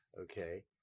Okay